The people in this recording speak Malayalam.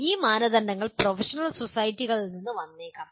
ഈ മാനദണ്ഡങ്ങൾ പ്രൊഫഷണൽ സൊസൈറ്റികളിൽ നിന്ന് വന്നേക്കാം